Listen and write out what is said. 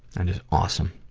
and is awesome.